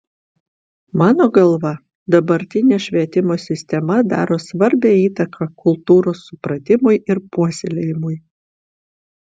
mano galva dabartinė švietimo sistema daro svarbią įtaką kultūros supratimui ir puoselėjimui